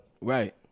Right